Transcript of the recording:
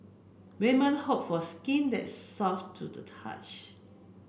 women hope for skin that's soft to the touch